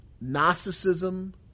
Gnosticism